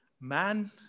Man